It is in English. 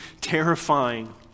terrifying